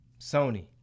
Sony